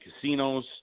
casinos